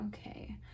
okay